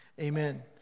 Amen